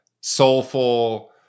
soulful